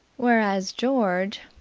whereas george.